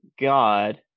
God